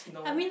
no